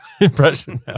impression